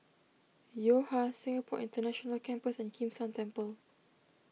Yo Ha Singapore International Campus and Kim San Temple